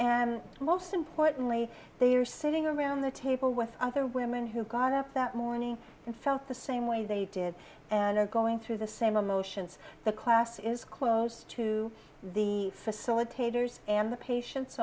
and most importantly they are sitting around the table with other women who got up that morning and felt the same way they did and are going through the same emotions the class is close to the facilitators and the patien